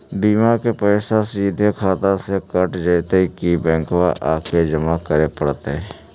बिमा के पैसा सिधे खाता से कट जितै कि बैंक आके जमा करे पड़तै?